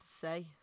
say